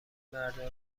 مردا